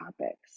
topics